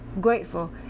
grateful